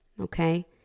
okay